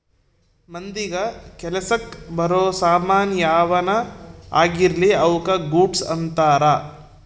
ಮಂದಿಗ ಕೆಲಸಕ್ ಬರೋ ಸಾಮನ್ ಯಾವನ ಆಗಿರ್ಲಿ ಅವುಕ ಗೂಡ್ಸ್ ಅಂತಾರ